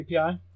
API